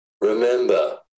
Remember